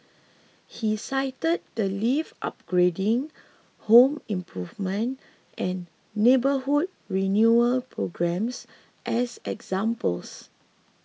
he cited the lift upgrading home improvement and neighbourhood renewal programmes as examples